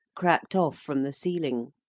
cracked off from the ceiling.